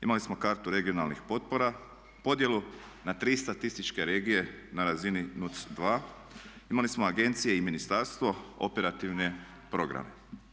Imali smo kartu regionalnih potpora, podjelu na tri statističke regije na razini NUTS 2, imali smo agencije i ministarstvo, operativne programe.